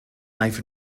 knife